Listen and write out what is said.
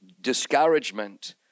discouragement